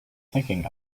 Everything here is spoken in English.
thinking